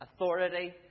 authority